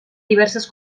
diverses